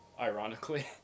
Ironically